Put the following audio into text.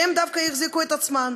שהם דווקא יחזיקו את עצמם